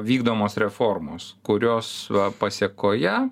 vykdomos reformos kurios pasekoje